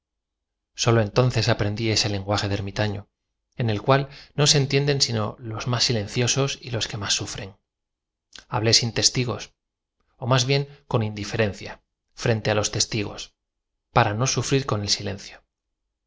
sólo entonces aprendí ese lenguaje de erm itafio en el cual no se entienden sino los más silenciosos j los que más sufren hablé sin testigos ó más bien con in diferencia frente á ios testigos para no sufrir con el silencio